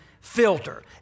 filter